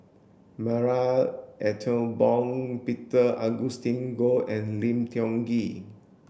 Marie Ethel Bong Peter Augustine Goh and Lim Tiong Ghee